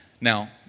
Now